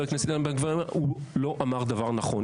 הכנסת בן גביר אומר הוא לא דבר נכון,